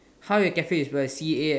how your cafe is spell C A